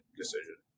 decision